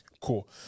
cool